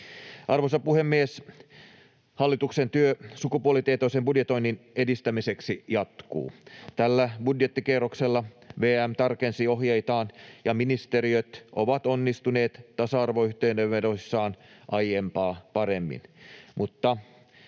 Arvoisa puhemies! Hallituksen työ sukupuolitietoisen budjetoinnin edistämiseksi jatkuu. Tällä budjettikierroksella VM tarkensi ohjeitaan, ja ministeriöt ovat onnistuneet tasa- arvoyhteenvedoissaan aiempaa paremmin.